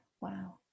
Wow